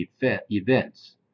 events